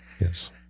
Yes